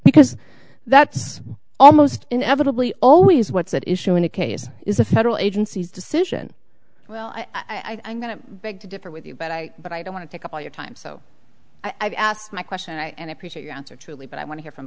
because that's almost inevitably always what's at issue in a case is a federal agencies decision well i'm going to beg to differ with you but i but i don't want to take up all your time so i've asked my question and i appreciate your answer julie but i want to hear from